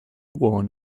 worn